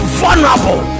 vulnerable